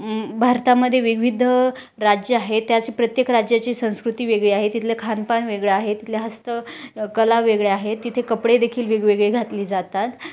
भारतामध्ये विविध राज्य आहे त्याची प्रत्येक राज्याची संस्कृती वेगळी आहे तिथलं खानपान वेगळं आहे तिथल्या हस्त कला वेगळ्या आहेत तिथे कपडे देखील वेगवेगळे घातली जातात